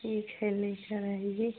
ठीक है लेकर आइए